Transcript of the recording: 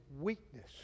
weakness